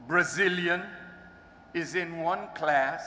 brazilian is in one cla